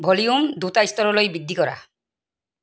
volume দুটা স্তৰলৈ বৃদ্ধি কৰা